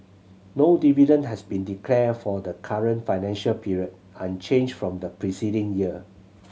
no dividend has been declared for the current financial period unchanged from the preceding year